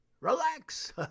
relax